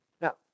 Now